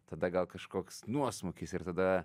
tada gal kažkoks nuosmukis ir tada